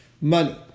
money